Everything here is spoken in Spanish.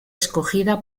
escogida